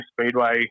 Speedway